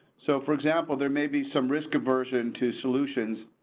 so for example, there may be some risk aversion to solutions.